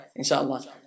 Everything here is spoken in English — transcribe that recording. insha'Allah